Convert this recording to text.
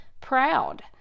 proud